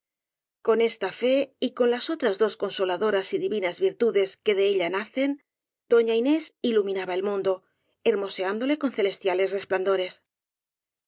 con esta fe y con las otras dos consolado ras y divinas virtudes que de ella nacen doña inés iluminaba el mundo hermoseándole con celestia les